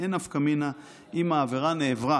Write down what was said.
ואין נפקא מינה אם העבירה נעברה